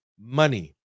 money